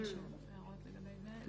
יש למישהו הערות לגבי זה?